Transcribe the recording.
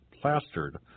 plastered